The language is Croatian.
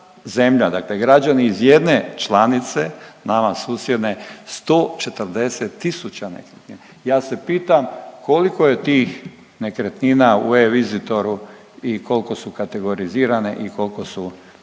dakle građani iz jedne članice, nama susjedne 140 tisuća nekretnina. Ja se pitam koliko je tih nekretnina u eVisitoru i koliko su kategorizirane i koliko su…